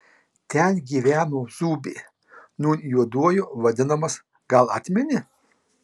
ten gyveno zūbė nūn juoduoju vadinamas gal atmeni